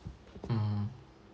mm